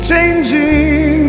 Changing